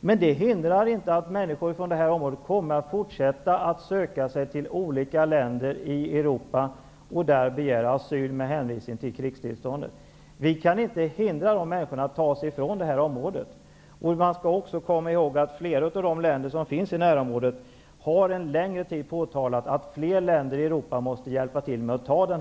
Men det hindrar inte att människor från det området kommer att fortsätta att söka sig till olika länder i Europa och där, med hänvisning till krigstillståndet, begära asyl. Vi kan inte hindra dessa människor att ta sig från området. Vi skall också komma ihåg att länder i området har påtalat att flera länder i Europa måste hjälpa till att bära bördan.